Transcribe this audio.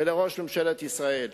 ולראש ממשלת ישראל,